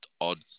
odd